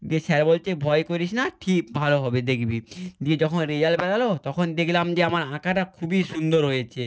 দিয়ে স্যার বলছে ভয় করিস না ঠিক ভালো হবে দেখবি দিয়ে যখন রেজাল বেরালো তখন দেখলাম যে আমার আঁকাটা খুবই সুন্দর হয়েচে